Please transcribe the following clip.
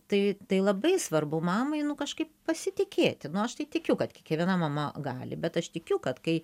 tai tai labai svarbu mamai nu kažkaip pasitikėti nu aš tai tikiu kad kiekviena mama gali bet aš tikiu kad kai